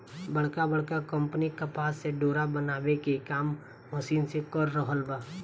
बड़का बड़का कंपनी कपास से डोरा बनावे के काम मशीन से कर रहल बा